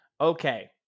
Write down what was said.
Okay